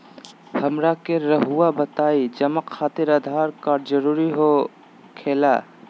हमरा के रहुआ बताएं जमा खातिर आधार कार्ड जरूरी हो खेला?